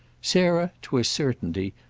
sarah, to a certainty,